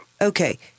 Okay